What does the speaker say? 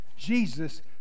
Jesus